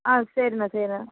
ஆ சரிண்ண சரிண்ண